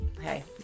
hey